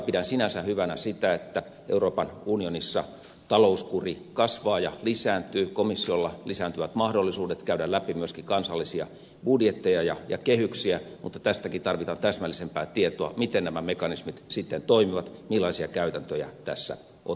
pidän sinänsä hyvänä sitä että euroopan unionissa talouskuri kasvaa ja lisääntyy komissiolla lisääntyvät mahdollisuudet käydä läpi myöskin kansallisia budjetteja ja kehyksiä mutta tästäkin tarvitaan täsmällisempää tietoa miten nämä mekanismit sitten toimivat millaisia käytäntöjä tässä otetaan